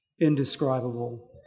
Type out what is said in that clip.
indescribable